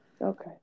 Okay